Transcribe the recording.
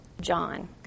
John